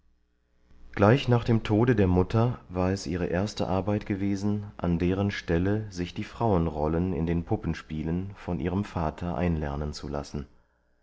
gleich nach dem tode der mutter war es ihre erste arbeit gewesen an deren stelle sich die frauenrollen in den puppenspielen von ihrem vater einlernen zu lassen